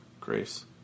Grace